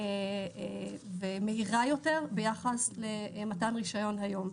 ומהירה יותר ביחס למתן רישיון היום.